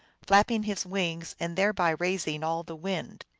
flapping his wings, and thereby raising all the wind.